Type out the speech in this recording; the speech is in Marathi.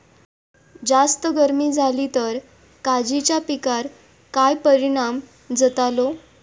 जास्त गर्मी जाली तर काजीच्या पीकार काय परिणाम जतालो?